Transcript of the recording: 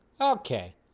Okay